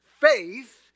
faith